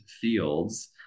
fields